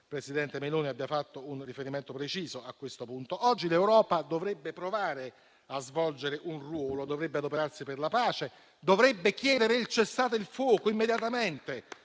Consiglio Meloni abbia fatto un riferimento preciso su questo punto. Oggi l'Europa dovrebbe provare a svolgere un ruolo, dovrebbe adoperarsi per la pace, dovrebbe immediatamente